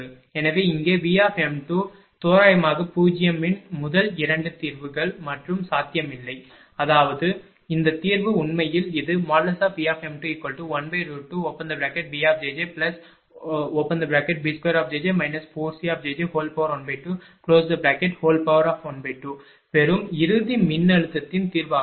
எனவே இங்கே V≈0 இன் முதல் 2 தீர்வுகள் மற்றும் சாத்தியமில்லை அதாவது இந்த தீர்வு உண்மையில் இது Vm212bjjb2jj 4cjj1212 பெறும் இறுதி மின்னழுத்தத்தின் தீர்வாகும்